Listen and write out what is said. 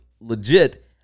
legit